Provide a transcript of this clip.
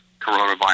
coronavirus